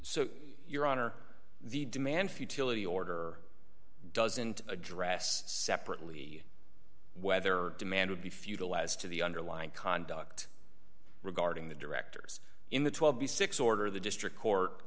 so your honor the demand futility order doesn't address separately whether demand would be futile as to the underlying conduct regarding the directors in the twelve b six order the district court